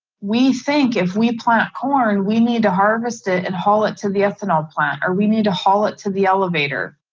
we think if we plant corn, we need to harvest it and haul it to the ethanol plant, or we need to haul it to the elevator,